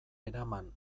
eraman